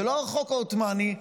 ולא החוק העות'מאני,